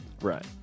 Right